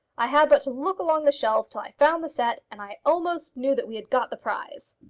i had but to look along the shelves till i found the set, and i almost knew that we had got the prize.